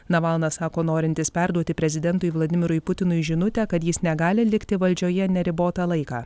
navalnas sako norintis perduoti prezidentui vladimirui putinui žinutę kad jis negali likti valdžioje neribotą laiką